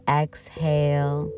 exhale